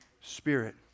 Spirit